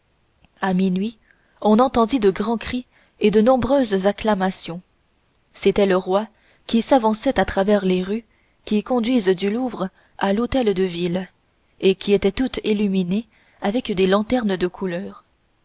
à minuit on entendit de grands cris et de nombreuses acclamations c'était le roi qui s'avançait à travers les rues qui conduisent du louvre à l'hôtel de ville et qui étaient toutes illuminées avec des lanternes de couleur